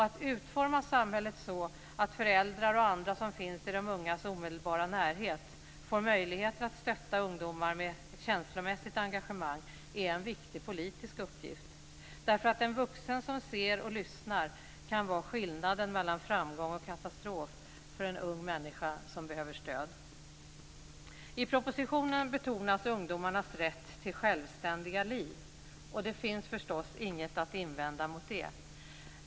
Att utforma samhället så att föräldrar och andra som finns i de ungas omedelbara närhet får möjlighet att stötta ungdomar med ett känslomässigt engagemang är en viktig politisk uppgift. En vuxen som ser och lyssnar kan vara skillnaden mellan framgång och katastrof för en ung människa som behöver stöd. I propositionen betonas ungdomarnas rätt till självständiga liv, och det finns förstås inget att invända mot det.